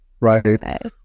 right